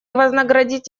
вознаградить